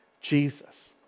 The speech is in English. Jesus